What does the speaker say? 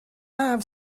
have